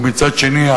וצד שני,